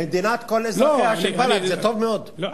מדינת כל אזרחיה של בל"ד זה טוב מאוד.